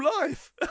life